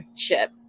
ship